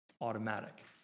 automatic